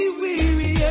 weary